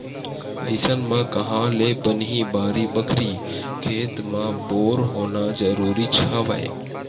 अइसन म काँहा ले बनही बाड़ी बखरी, खेत म बोर होना जरुरीच हवय